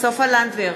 סופה לנדבר,